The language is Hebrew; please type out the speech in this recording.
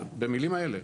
במילים האלה.